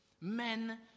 men